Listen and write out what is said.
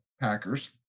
Packers